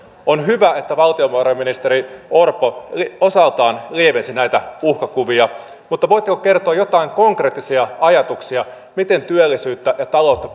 on hyvä että valtiovarainministeri orpo osaltaan lievensi näitä uhkakuvia mutta voitteko kertoa jotain konkreettisia ajatuksia miten pyritte edistämään työllisyyttä ja taloutta